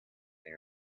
they